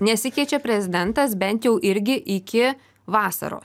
nesikeičia prezidentas bent jau irgi iki vasaros